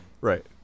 Right